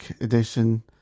Edition